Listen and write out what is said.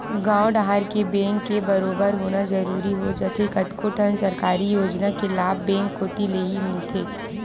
गॉंव डहर के बेंक के बरोबर होना जरूरी हो जाथे कतको ठन सरकारी योजना के लाभ बेंक कोती लेही मिलथे